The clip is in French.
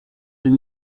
deux